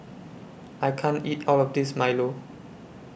I can't eat All of This Milo